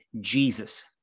Jesus